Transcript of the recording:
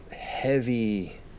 Heavy